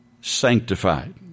sanctified